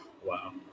Wow